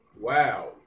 Wow